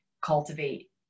cultivate